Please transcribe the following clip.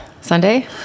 sunday